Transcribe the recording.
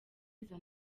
izo